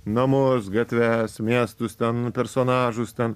namus gatves miestus ten personažus ten